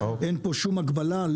ואין פה שום הגבלה.